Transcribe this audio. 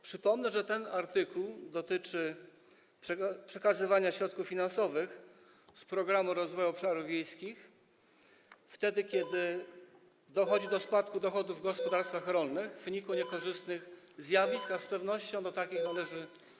Przypomnę, że ten artykuł dotyczy przekazywania środków finansowych z Programu Rozwoju Obszarów Wiejskich, kiedy dochodzi do spadku dochodów w gospodarstwach rolnych w wyniku niekorzystnych zjawisk, a z pewnością do takich należy susza.